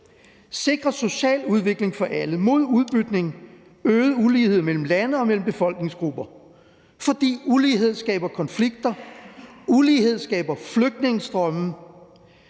sikre social udvikling for alle, at være mod udbytning og øget ulighed mellem lande og mellem befolkningsgrupper, fordi ulighed skaber konflikter, ulighed skaber flygtningestrømme.